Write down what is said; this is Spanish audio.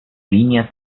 línea